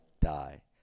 die